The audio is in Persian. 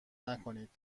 نکنید